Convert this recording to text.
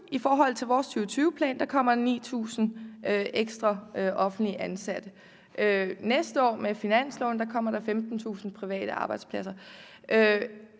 I forhold til vores 2020-plan kommer der i 2020 9.000 ekstra offentligt ansatte. Næste år kommer der med finansloven 15.000 private arbejdspladser.